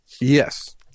Yes